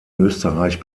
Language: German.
österreich